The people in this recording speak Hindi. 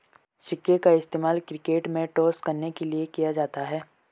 सिक्के का इस्तेमाल क्रिकेट में टॉस करने के लिए किया जाता हैं